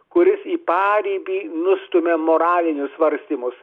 kuris į paribį nustumia moralinius svarstymus